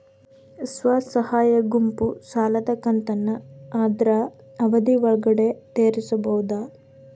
ಸ್ವಸಹಾಯ ಗುಂಪು ಸಾಲದ ಕಂತನ್ನ ಆದ್ರ ಅವಧಿ ಒಳ್ಗಡೆ ತೇರಿಸಬೋದ?